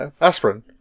aspirin